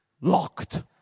locked